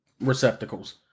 receptacles